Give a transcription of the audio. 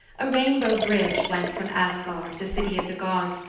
a rainbow bridge went from asgard, the city of the gods,